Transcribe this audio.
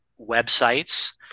websites